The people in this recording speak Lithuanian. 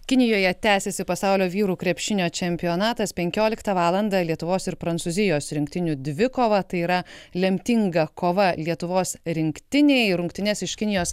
kinijoje tęsiasi pasaulio vyrų krepšinio čempionatas penkioliktą valandą lietuvos ir prancūzijos rinktinių dvikova tai yra lemtinga kova lietuvos rinktinei rungtynes iš kinijos